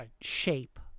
shape